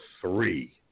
three